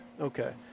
Okay